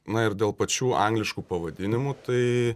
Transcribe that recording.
na ir dėl pačių angliškų pavadinimų tai